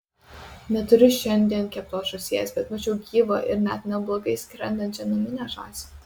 neturiu šiandien keptos žąsies bet mačiau gyvą ir net neblogai skrendančią naminę žąsį